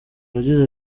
yagize